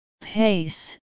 Pace